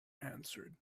answered